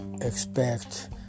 expect